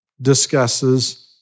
discusses